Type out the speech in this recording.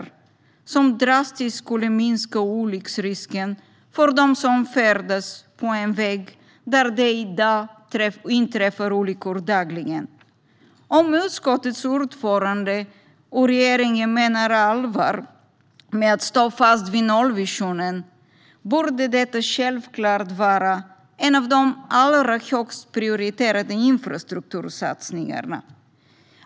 Det skulle drastiskt minska olycksrisken för dem som färdas på en väg där det nu inträffar olyckor dagligen. Om utskottets ordförande och regeringen menar allvar med att stå fast vid nollvisionen borde detta självklart vara en av de allra högst prioriterade infrastruktursatsningarna.